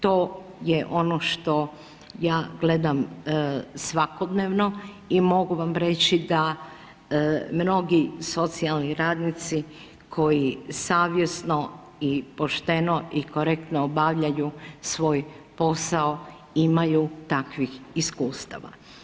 To je ono što ja gledam svakodnevno i mogu vam reći da mnogi socijalni radnici koji savjesno i pošteno i korektno obavljaju svoj posao imaju takvih iskustava.